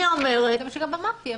זה מה שגם אמרתי.